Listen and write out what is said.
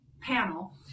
panel